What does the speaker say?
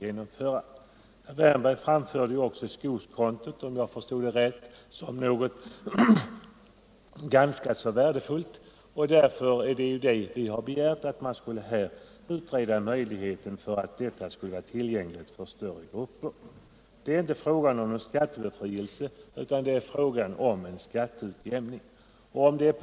Herr Wärnberg framhöll också skogskontot — om jag förstod honom rätt —- såsom något ganska värdefullt. Det är också därför som vi motionärer vill att man skall utreda möjligheten att göra den utvägen tillgänglig för större grupper. Det är inte fråga om någon skattebefrielse utan om skatteutjämning.